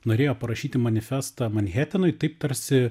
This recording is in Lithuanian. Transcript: norėjo parašyti manifestą manhetenui taip tarsi